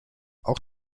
auch